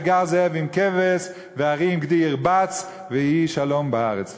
וגר זאב עם כבש וארי עם גדי ירבץ ויהי שלום בארץ.